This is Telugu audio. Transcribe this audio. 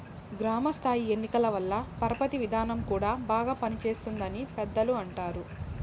గ్రామ స్థాయి ఎన్నికల వల్ల పరపతి విధానం కూడా బాగా పనిచేస్తుంది అని పెద్దలు అంటారు